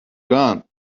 gone